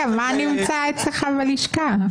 מה נמצא אצלך בלשכה?